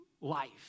life